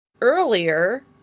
earlier